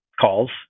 calls